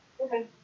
Okay